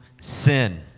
sin